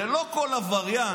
לא כל עבריין